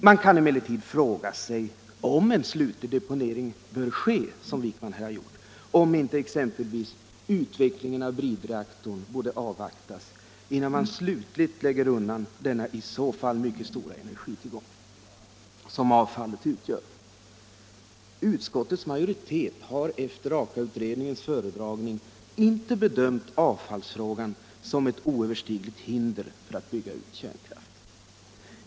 Man kan emellertid ställa frågan, som herr Wijkman har gjort, om en slutlig uppläggning bör ske, om inte exempelvis utvecklingen av bridreaktorn borde avvaktas, innan man slutligt lägger undan denna i så fall mycket stora energitillgång som avfallet utgör. Utskottets majoritet har efter AKA-utredningens föredragning inte bedömt avfallsfrågan som ett oöverstigligt hinder för att bygga ut kärnkraften.